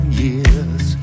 years